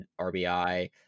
rbi